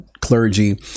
clergy